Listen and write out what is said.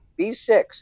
B6